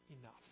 enough